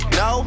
no